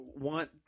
want